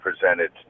presented